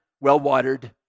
well-watered